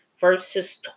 verses